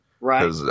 Right